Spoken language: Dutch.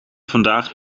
vandaag